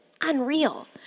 unreal